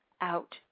out